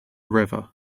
river